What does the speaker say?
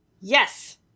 Yes